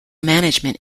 management